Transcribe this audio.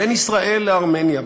בין ישראל לארמניה,